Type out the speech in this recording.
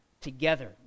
together